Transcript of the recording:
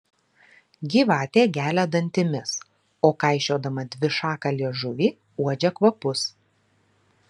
gyvatė gelia dantimis o kaišiodama dvišaką liežuvį uodžia kvapus